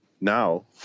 now